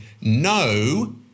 No